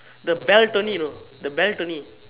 the belt only you know the belt only